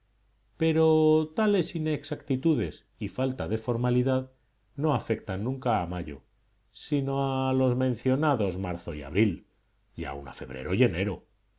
pero tales inexactitudes y faltas de formalidad no afectan nunca a mayo sino a los mencionados marzo y abril y aun a febrero y enero